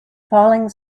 falling